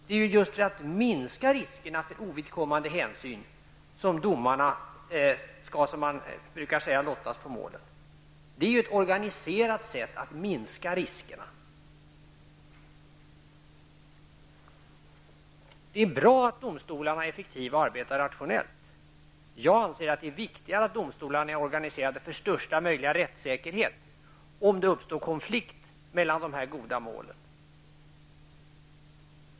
Det är just för att minska riskerna för ovidkommande hänsyn som domarna skall, som man brukar säga, lottas på målen. Det är ett organiserat sätt att minska riskerna. Det är bra att domstolarna är effektiva och arbetar rationellt. Jag anser att det är viktigare att domstolarna är organiserade för största möjliga rättssäkerhet om det uppstår konflikt mellan de här goda målen.